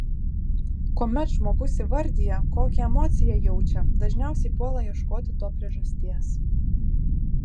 kuomet žmogus įvardija kokią emociją jaučia dažniausiai puola ieškoti to priežasties